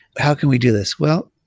how can we do this? well,